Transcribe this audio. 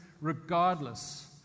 regardless